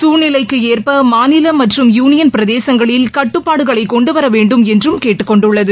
சூழ்நிலைக்கு ஏற்ப மாநில மற்றும் யூனியன்பிரதேசங்களில் கட்டுப்பாடுகளை கொண்டுவர என்றும் வேண்டும் கேட்டுக் கொண்டுள்ளது